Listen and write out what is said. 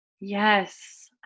yes